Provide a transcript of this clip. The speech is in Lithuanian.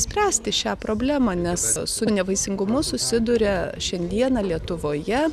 spręsti šią problemą nes su nevaisingumu susiduria šiandieną lietuvoje